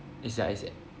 ya it's that